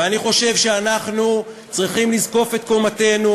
אני חושב שאנחנו צריכים לזקוף את קומתנו,